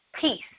peace